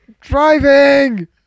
Driving